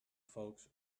folks